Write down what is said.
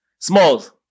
Smalls